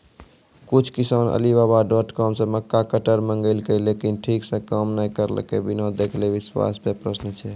कुछ किसान Alibaba dot com से मक्का कटर मंगेलके लेकिन ठीक से काम नेय करलके, बिना देखले विश्वास पे प्रश्न छै?